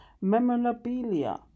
memorabilia